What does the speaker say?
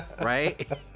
right